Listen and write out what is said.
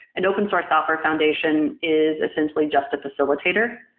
an open source software foundation is essentially just a facilitator.